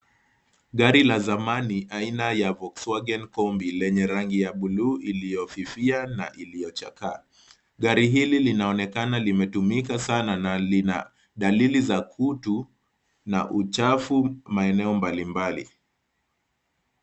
Gari la zamani aina ya Volkswagen Combi lenye rangi ya buluu iliyofifia na iliyochakaa. Gari hili linaonekana limetumika sana na lina dalili za kutu na uchafu maeneo mbalimbali.